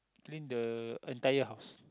clean the entire house